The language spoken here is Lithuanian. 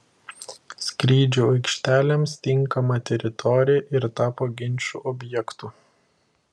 skrydžių aikštelėms tinkama teritorija ir tapo ginčų objektu